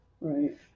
Right